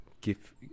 give